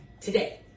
today